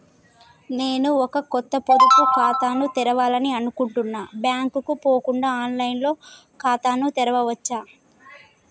నేను ఒక కొత్త పొదుపు ఖాతాను తెరవాలని అనుకుంటున్నా బ్యాంక్ కు పోకుండా ఆన్ లైన్ లో ఖాతాను తెరవవచ్చా?